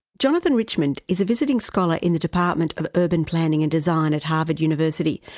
jonathan richmond is a visiting scholar in the department of urban planning and design at harvard university,